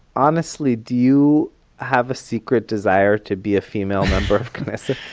honestly, do you have a secret desire to be a female member of knesset?